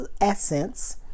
Essence